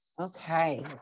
Okay